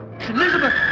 Elizabeth